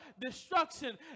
destruction